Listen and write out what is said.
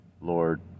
Lord